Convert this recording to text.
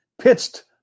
pitched